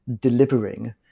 delivering